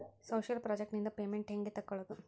Social project ನಿಂದ payment ಹೆಂಗೆ ತಕ್ಕೊಳ್ಳದು?